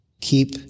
Keep